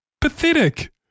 pathetic